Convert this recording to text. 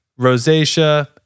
rosacea